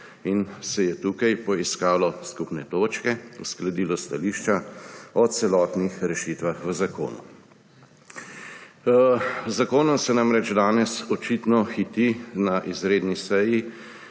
in se je tukaj poiskalo skupne točke, uskladilo stališča o celotnih rešitvah v zakonu. Z zakonom se namreč danes očitno hiti na izredni seji,